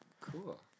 Cool